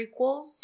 prequels